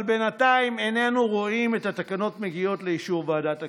אבל בינתיים איננו רואים את התקנות מגיעות לאישור ועדת הכספים.